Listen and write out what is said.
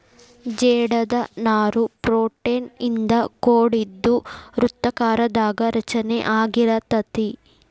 ಜೇಡದ ನಾರು ಪ್ರೋಟೇನ್ ಇಂದ ಕೋಡಿದ್ದು ವೃತ್ತಾಕಾರದಾಗ ರಚನೆ ಅಗಿರತತಿ